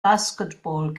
basketball